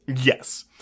Yes